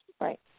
Right